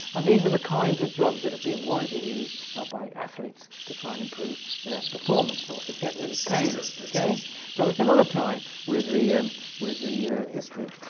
and these are the kinds of drugs that have been widely used by athletes to try and improve their performance or to get rid of pain. so that's another time with the with the history.